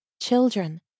Children